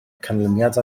canlyniad